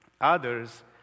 Others